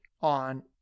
on